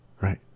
Right